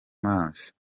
mazi